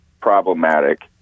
problematic